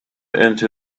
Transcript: into